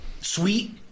sweet